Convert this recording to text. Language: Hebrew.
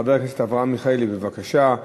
חבר הכנסת אברהם מיכאלי, בבקשה.